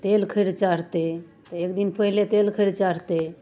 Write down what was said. तेल खरि चढ़तै तऽ एक दिन पहिले तेल खरि चढ़तै